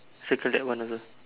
circle that one also